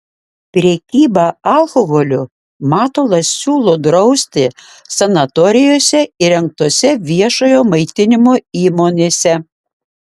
prekybą alkoholiu matulas siūlo drausti sanatorijose įrengtose viešojo maitinimo įmonėse